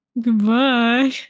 Goodbye